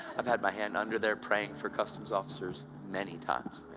i've had my hand under there, praying for customs officers many times,